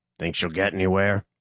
think she'll get anywhere?